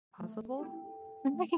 possible